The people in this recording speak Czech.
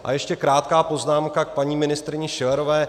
A ještě krátká poznámka k paní ministryni Schillerové.